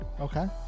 Okay